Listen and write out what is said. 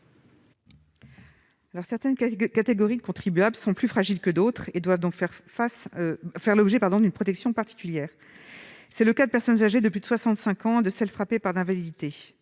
Certaines catégories de contribuables sont plus fragiles que d'autres et doivent donc faire l'objet d'une protection particulière. C'est le cas des personnes âgées de plus de 65 ans et de celles qui sont frappées d'invalidité.